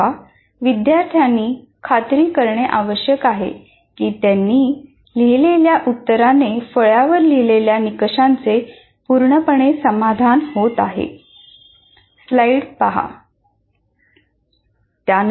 तेव्हा विद्यार्थ्यांनी खात्री करणे आवश्यक आहे की त्यांनी लिहिलेल्या उत्तराने फळ्यावर लिहिलेल्या निकषांचे पूर्णपणे समाधान होत आहे